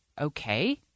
okay